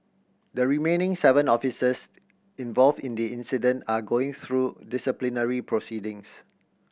the remaining seven officers involved in the incident are going through disciplinary proceedings